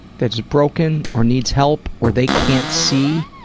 that's broken or needs help or they can't see,